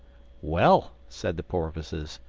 well, said the porpoises,